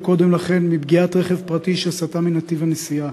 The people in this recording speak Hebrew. קודם לכן מפגיעת רכב פרטי שסטה מנתיב הנסיעה.